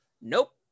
nope